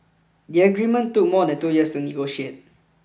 the agreement took more than two years to negotiate